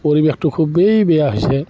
পৰিৱেশটো খুবেই বেয়া হৈছে